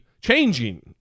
changing